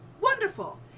Wonderful